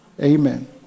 Amen